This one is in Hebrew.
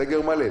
הסגר מלא,